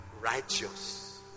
righteous